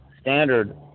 standard